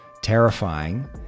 terrifying